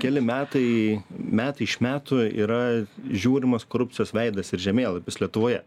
keli metai metai iš metų yra žiūrimas korupcijos veidas ir žemėlapis lietuvoje